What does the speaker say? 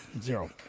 Zero